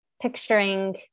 picturing